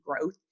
growth